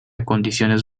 condiciones